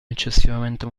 eccessivamente